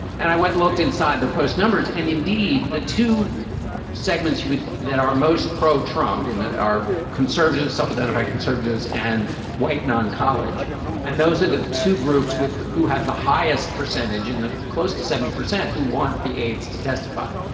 and i went looked inside the post numbers and indeed, the two segments he would that are most pro-trump in that are conservatives, self-identified conservatives and white non-college. and those are the two groups with who have the highest percentage in the close to seventy percent who want the aides to testify.